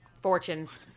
fortunes